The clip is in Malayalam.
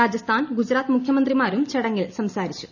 രാജസ്ഥാൻ ഗുജറാത്ത് മുഖ്യമന്ത്രിമാരും ചടങ്ങിൽ സംസാരിച്ചു